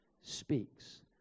speaks